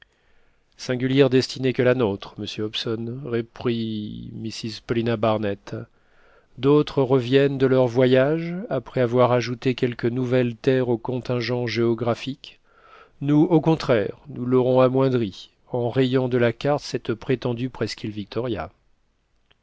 singulière destinée que la nôtre monsieur hobson reprit mrs paulina barnett d'autres reviennent de leurs voyages après avoir ajouté quelques nouvelles terres au contingent géographique nous au contraire nous l'aurons amoindri en rayant de la carte cette prétendue presqu'île victoria